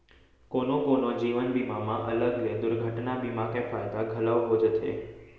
कोनो कोनो जीवन बीमा म अलग ले दुरघटना बीमा के फायदा घलौ हो जाथे